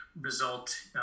result